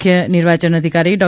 મુખ્ય નિર્વાચન અધિકારી ડૉ